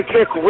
Kick